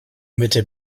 mitte